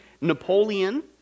Napoleon